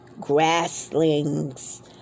grasslings